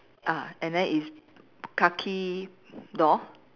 ah and then it's khaki door